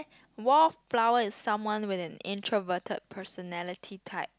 wallflower is someone with an introverted personality type